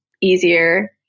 easier